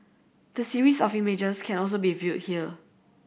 the series of images can also be viewed here